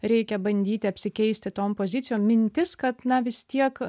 reikia bandyti apsikeisti tom pozicijom mintis kad na vis tiek